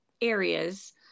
areas